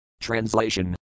Translation